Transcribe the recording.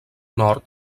nord